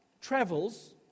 travels